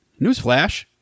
newsflash